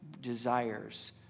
desires